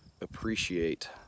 appreciate